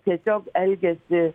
tiesiog elgiasi